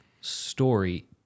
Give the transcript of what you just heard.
story